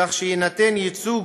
כך שיינתן ייצוג